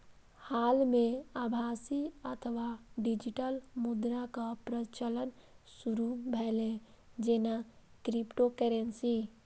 हाल मे आभासी अथवा डिजिटल मुद्राक प्रचलन शुरू भेलै, जेना क्रिप्टोकरेंसी